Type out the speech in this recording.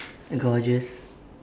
gorgeous